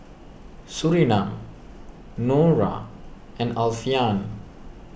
Surinam Nura and Alfian